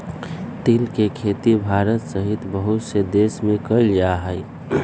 तिल के खेती भारत सहित बहुत से देश में कइल जाहई